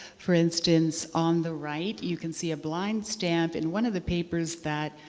for instance, on the right you can see a blind stamp in one of the papers that